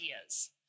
ideas